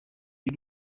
y’u